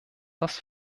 das